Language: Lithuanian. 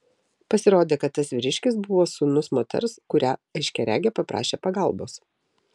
pasirodė kad tas vyriškis buvo sūnus moters kurią aiškiaregė paprašė pagalbos